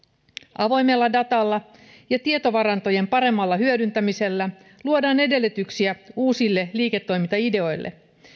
avoimella datalla ja tietovarantojen paremmalla hyödyntämisellä luodaan edellytyksiä uusille liiketoimintaideoille